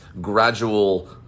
gradual